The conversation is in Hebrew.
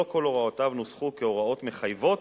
לא כל הוראותיו נוסחו כהוראות מחייבות,